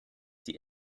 die